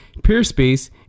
PeerSpace